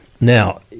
Now